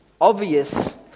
obvious